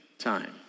time